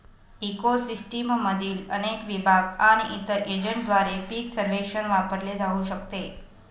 eco सिस्टीममधील अनेक विभाग आणि इतर एजंटद्वारे पीक सर्वेक्षण वापरले जाऊ शकते